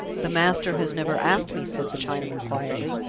the master has never asked me, said the chinaman quietly,